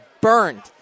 burned